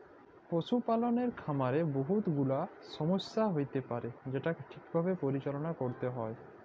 পশুপালকের খামারে বহুত গুলাল ছমচ্যা হ্যইতে পারে যেটকে ঠিকভাবে পরিচাললা ক্যইরতে হ্যয়